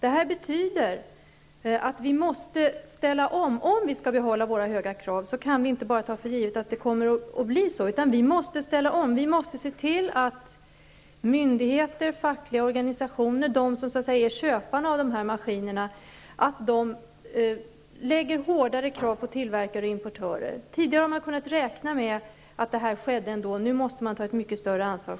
Om vi skall kunna behålla våra höga krav, kan vi inte utan vidare ta för givet att det blir som vi vill, utan vi måste se till att myndigheter, fackliga organisationer, de som så att säga är köparna av maskinerna ställer hårdare krav på tillverkare och importörer. Tidigare har man kunnat räkna med att det blev en granskning, men nu måste man själv ta ett mycket större ansvar.